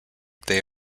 they